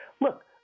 look